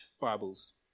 Bibles